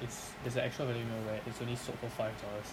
it's there's an extra value meal where it's only sold for five dollars